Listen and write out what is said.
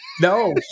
No